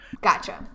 Gotcha